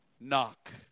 knock